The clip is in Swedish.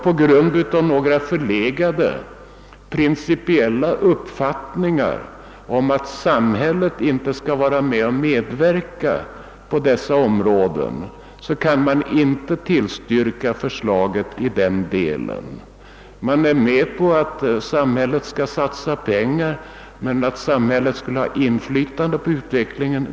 På grund av några förlegade principiella uppfattningar om att samhället inte skall medverka på dessa områden kan man inte tillstyrka förslaget i den delen. Man är med på att samhället skall satsa pengar, men man vill inte att samhället skall ha inflytande på denna utveckling.